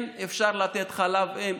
כן אפשר לתת חלב אם,